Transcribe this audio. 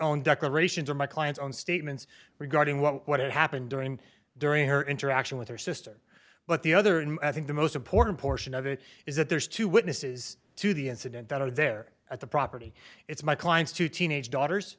own declarations or my client's own statements regarding what happened during during her interaction with her sister but the other and i think the most important portion of it is that there's two witnesses to the incident that are there at the property it's my client's two teenage daughters